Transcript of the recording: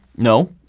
No